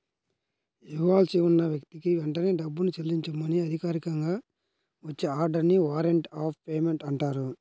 ఇవ్వాల్సి ఉన్న వ్యక్తికి వెంటనే డబ్బుని చెల్లించమని అధికారికంగా వచ్చే ఆర్డర్ ని వారెంట్ ఆఫ్ పేమెంట్ అంటారు